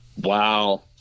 Wow